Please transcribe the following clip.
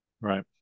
Right